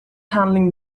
handling